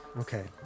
Okay